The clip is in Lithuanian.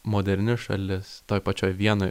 moderni šalis toj pačioj vienoj